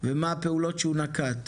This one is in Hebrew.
ומה הפעולות שהוא נקט.